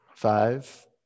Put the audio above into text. Five